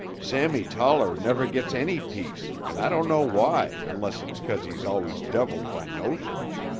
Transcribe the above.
sammy toller never gets any peace and i don't know why unless it's cause he's always deviled by notions.